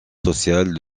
sociale